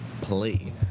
play